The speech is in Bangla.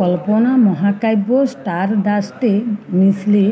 কল্পনা মহাকাব্য স্টারডাস্টে মিশলে